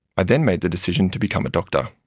i then made the decision to become a doctor.